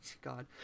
God